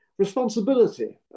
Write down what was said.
responsibility